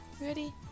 Ready